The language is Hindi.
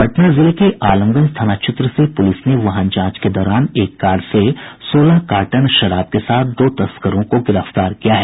पटना जिले के आलमगंज थाना क्षेत्र से पुलिस ने वाहन जांच के दौरान एक कार से सोलह कार्टन शराब के साथ दो तस्करों को गिरफ्तार किया है